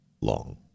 long